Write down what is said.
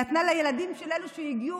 נתנה לילדים של אלו שהגיעו,